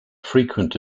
frequent